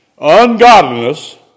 Ungodliness